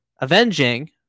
avenging